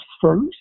first